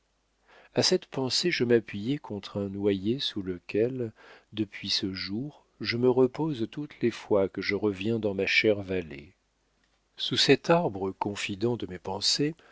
a cette pensée je m'appuyai contre un noyer sous lequel depuis ce jour je me repose toutes les fois que je reviens dans ma chère vallée sous cet arbre confident de mes pensées